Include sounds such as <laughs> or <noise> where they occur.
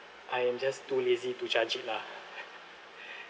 I am just too lazy to charge it lah <laughs>